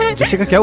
ah jessica?